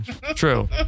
True